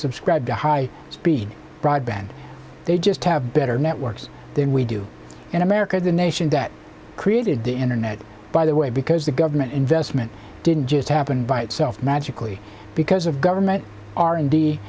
subscribe to high speed broadband they just have better networks than we do in america the nation that created the internet by the way because the government investment didn't just happen by itself magically because of government r and